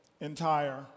entire